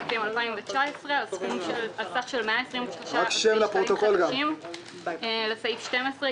2019 על סך של 123 אלפי שקלים חדשים לסעיף 12,